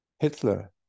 Hitler